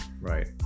Right